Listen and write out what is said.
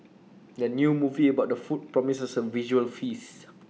the new movie about the food promises A visual feast